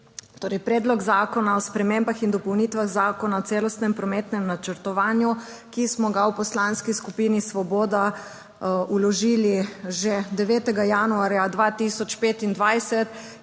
Predlog zakona o spremembah in dopolnitvah Zakona o celostnem prometnem načrtovanju, ki smo ga v Poslanski skupini Svoboda vložili že 9. januarja 2025